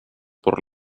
por